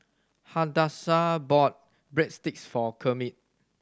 Hadassah bought Breadsticks for Kermit